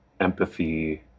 empathy